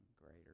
greater